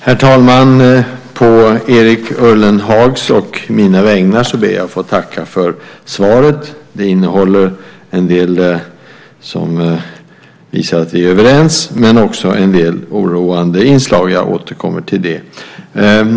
Herr talman! På Erik Ullenhags och mina vägnar ber jag att få tacka för svaret. Det innehåller en del som visar att vi är överens, men också en del oroande inslag. Jag återkommer till detta.